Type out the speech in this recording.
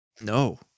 no